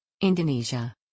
Indonesia